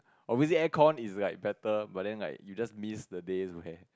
obviously aircon is like better but then like you just miss the days where